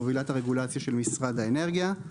מובילת הרגולציה של משרד האנרגיה.